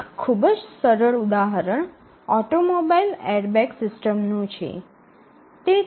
એક ખૂબ જ સરળ ઉદાહરણ ઓટોમોબાઇલ એરબેગ સિસ્ટમનું છે